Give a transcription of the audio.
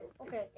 Okay